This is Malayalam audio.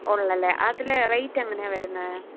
ഉള്ളുമല്ലെ അതിലെ റേയ്റ്റ് എങ്ങനെയാണ് വരുന്നത്